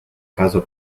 caso